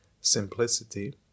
simplicity